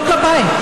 לא כלפיי,